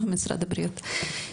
משרד הבריאות.